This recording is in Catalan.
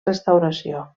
restauració